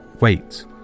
wait